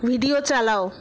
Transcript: video চালাও